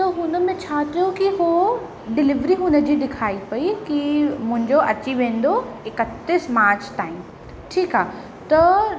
त हुन में छा थियो कि उहो डिलीवरी हुनजी ॾेखारी पेई कि मुंहिंजो अची वेंदो इकतीस मार्च ताईं ठीकु आहे त